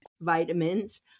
Vitamins